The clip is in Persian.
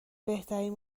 بهترین